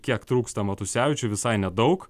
kiek trūksta matusevičiui visai nedaug